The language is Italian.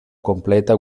completa